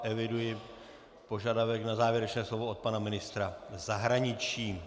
Eviduji požadavek na závěrečné slovo od pana ministra zahraničí.